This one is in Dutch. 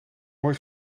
mooi